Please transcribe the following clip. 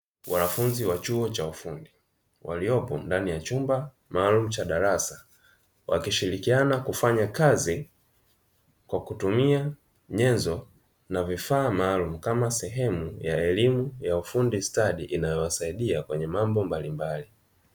Wanafunzi wa chuo cha ufundi waliopo ndani ya chumba maalumu cha darasa, wakishirikiana kufanya kazi kwa kutumia nyenzo na vifaa maalumu, kama sehemu ya elimu ya ufundi stadi; inayowasaidia kwenye mambo mbalimbali.